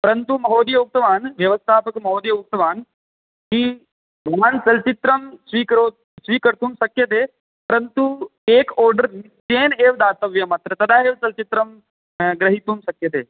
परन्तु महोदय उक्तवान् व्यवस्थापकमहोदय उक्तवान् यदि भवान् चलच्चित्रं स्वीकरो स्वीकर्तुं शक्यते परन्तु एकं ओर्डर् निश्चयेन एव दातव्यम् अत्र तदा एव चलच्चित्रं ग्रहीतुं शक्यते